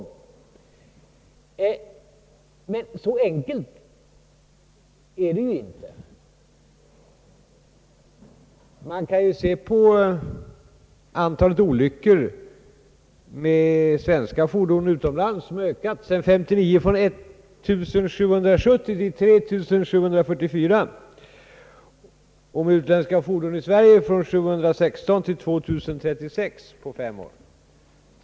Men så enkelt är det ju inte. Man kan se på antalet olyckor med svenska fordon utomlands. Från år 1959 har de ökat från 1770 till 3 744. Antalet olyckor med utländska fordon i Sverike har ökat från 716 till 2 036 på fem år.